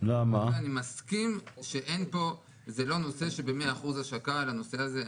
אני מסכים שזה לא נושא שב-100% השקה לנושא הזה,